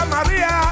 Maria